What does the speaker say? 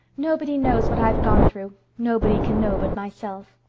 nobody knows what i've gone through nobody can know but myself.